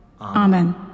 Amen